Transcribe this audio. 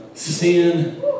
sin